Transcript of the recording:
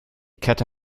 kette